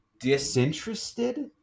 disinterested